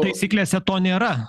taisyklėse to nėra